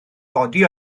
godi